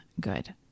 good